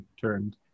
turned